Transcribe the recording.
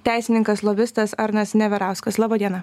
teisininkas lobistas arnas neverauskas laba diena